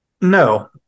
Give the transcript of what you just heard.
No